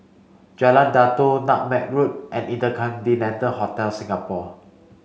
Jalan Datoh Nutmeg Road and InterContinental Hotel Singapore